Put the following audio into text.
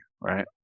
right